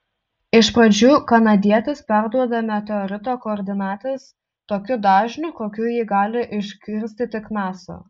iš pradžių kanadietis perduoda meteorito koordinates tokiu dažniu kokiu jį gali išgirsti tik nasa